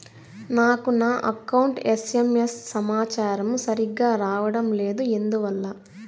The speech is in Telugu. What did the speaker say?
నాకు నా అకౌంట్ ఎస్.ఎం.ఎస్ సమాచారము సరిగ్గా రావడం లేదు ఎందువల్ల?